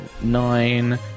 Nine